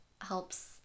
helps